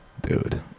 Dude